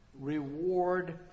Reward